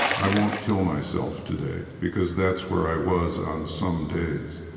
i won't kill myself today because that's where i was on some days.